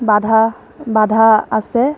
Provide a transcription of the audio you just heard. বাধা বাধা আছে